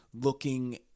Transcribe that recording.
looking